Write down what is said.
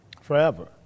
Forever